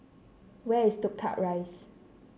where is Toh Tuck Rise